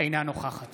אינה נוכחת